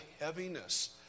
heaviness